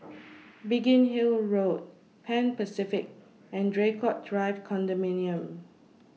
Biggin Hill Road Pan Pacific and Draycott Drive Condominium